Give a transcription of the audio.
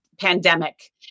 pandemic